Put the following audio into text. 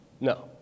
No